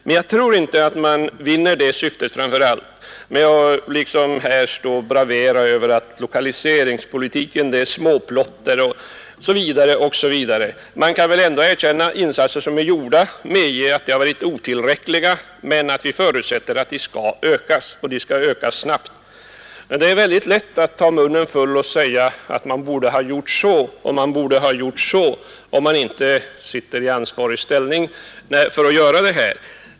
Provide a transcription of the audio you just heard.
Men jag tror inte att man vinner det syftet genom att här bravera med att lokaliseringspolitiken är småplotter osv. Man kan väl ändå erkänna de insatser som vi gjort — jag medger att de varit otillräckliga, men vi förutsätter att de skall ökas och att de skall ökas snabbt. Det är lätt för dem som inte sitter i ansvarig ställning att ta munnen full och säga att man borde ha gjort si eller så.